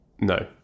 no